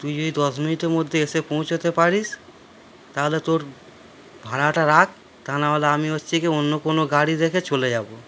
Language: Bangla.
তুই যদি দশ মিনিটের মধ্যে এসে পৌঁছাতে পারিস তাহলে তোর ভাড়াটা রাখ তা না হলে আমি হচ্ছে গিয়ে অন্য কোনো গাড়ি দেখে চলে যাব